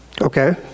Okay